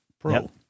Pro